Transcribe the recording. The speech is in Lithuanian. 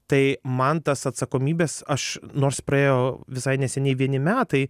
tai man tas atsakomybės aš nors praėjo visai neseniai vieni metai